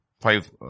five